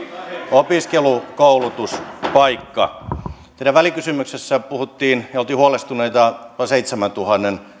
opiskelu koulutuspaikka teidän välikysymyksessänne puhuttiin ja oltiin huolestuneita noin seitsemäntuhannen